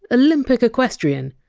olympic equestrian,